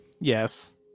Yes